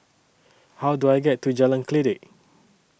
How Do I get to Jalan Kledek